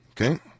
Okay